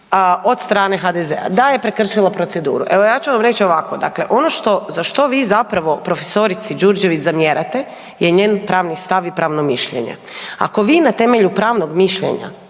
od strane HDZ-a da je prekršila proceduru. Evo ja ću vam reći ovako, dakle ono što za što vi zapravo profesorici Đurđević zamjerate je njen pravni stav i pravno mišljenje. Ako vi na temelju pravnog mišljenja